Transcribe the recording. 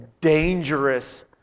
dangerous